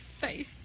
face